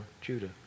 Judah